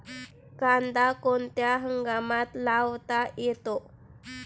कांदा कोणत्या हंगामात लावता येतो?